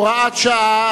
הוראת שעה),